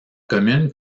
commune